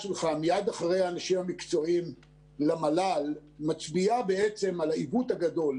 עבודות החיזוק צריכות לאפשר גם תפקוד במהלך עבודות החיזוק.